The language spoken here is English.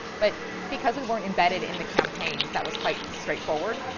but because we weren't embedded in the campaigns, that was quite straightforward,